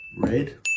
Red